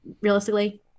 realistically